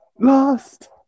lost